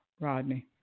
Rodney